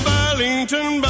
Burlington